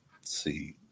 see